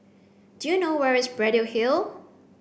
do you know where is Braddell Hill